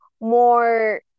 more